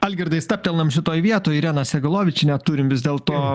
algirdai stabtelnam šitoj vietoj ireną segalovičienę turim vis dėl to